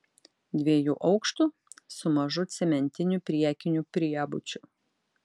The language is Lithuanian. dviejų aukštų su mažu cementiniu priekiniu priebučiu